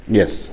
Yes